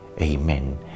Amen